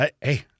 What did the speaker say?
Hey